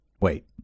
wait